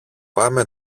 πάμε